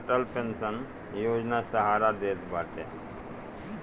बुढ़ापा में अटल पेंशन योजना सहारा देत बाटे